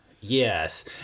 Yes